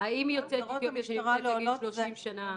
-- האם יוצאת אתיופיה מלפני 30 שנה